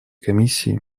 комиссии